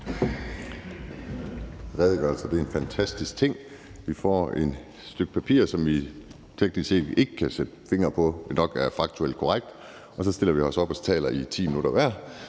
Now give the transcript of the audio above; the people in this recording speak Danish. Redegørelser er en fantastisk ting. Vi får et stykke papir, som vi teknisk set ikke kan sætte en finger på, for det er nok faktuelt korrekt, og så stiller vi os op og taler i 10 minutter hver.